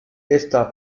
esta